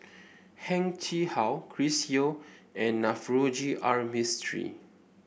Heng Chee How Chris Yeo and Navroji R Mistri